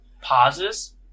Pauses